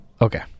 Okay